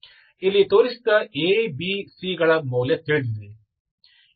ಇಲ್ಲಿ ತೋರಿಸಿದ A B C ಗಳ ಮೌಲ್ಯ ತಿಳಿದಿದೆ